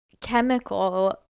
chemical